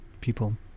people